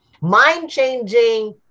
Mind-changing